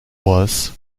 was